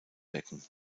wecken